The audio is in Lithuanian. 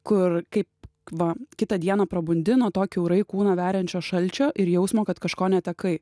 kur kaip va kitą dieną prabundi nuo to kiaurai kūną veriančio šalčio ir jausmo kad kažko netekai